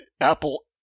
Apple